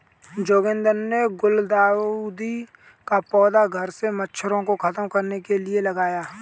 जोगिंदर ने गुलदाउदी का पौधा घर से मच्छरों को खत्म करने के लिए लगाया